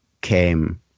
came